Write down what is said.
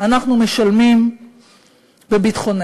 אנחנו משלמים בביטחוננו.